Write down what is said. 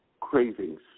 Cravings